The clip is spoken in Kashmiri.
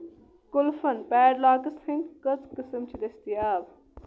قَُلُفن پیڈ لاکس ہنٛدۍ کٔژ قٕسم چھِ دٔستِیاب